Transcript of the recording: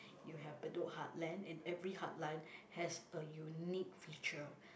you have Bedok heartland and every heartland has a unique feature